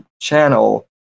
channel